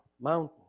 mountain